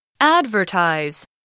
Advertise